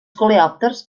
coleòpters